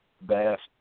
best